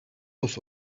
was